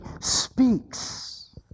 speaks